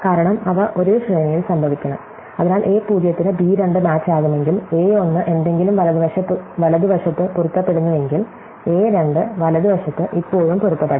കാരണം അവ ഒരേ ശ്രേണിയിൽ സംഭവിക്കണം അതിനാൽ a 0 ന് b 2 മാച്ച് ആകുമെങ്കിൽ a 1 എന്തെങ്കിലും വലതുവശത്ത് പൊരുത്തപ്പെടുന്നുവെങ്കിൽ a 2 വലതുവശത്ത് ഇപ്പോഴും പൊരുത്തപ്പെടണം